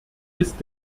ist